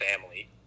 family